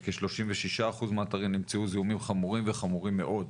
בכ-36% מהאתרים נמצאו זיהומים חמורים וחמורים מאוד.